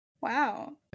Wow